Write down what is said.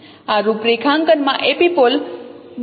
આ રૂપરેખાંકનમાં એપિપોલ દ્વારા એપીપોલર લાઇન મળે છે